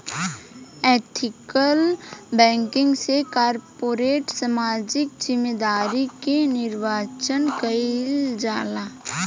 ethical banking से corporate सामाजिक जिम्मेदारी के निर्वाचन कईल जाला